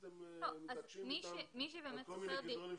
אתם מתעקשים איתם על כל מיני קריטריונים.